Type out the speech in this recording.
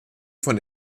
von